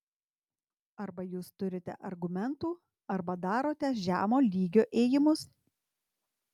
arba jūs turite argumentų arba darote žemo lygio ėjimus